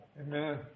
Amen